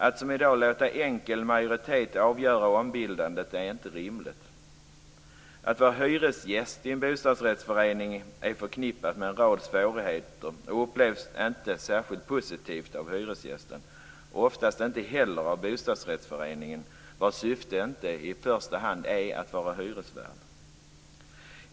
Att, som i dag, låta enkel majoritet avgöra ombildandet är inte rimligt. Att vara hyresgäst i en bostadsrättsförening är förknippat med en rad svårigheter och upplevs inte särskilt positivt av hyresgästen, och oftast inte heller av bostadsrättsföreningen, vars syfte inte i första hand är att vara hyresvärd.